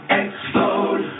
explode